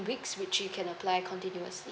weeks which you can apply continuously